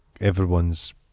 everyone's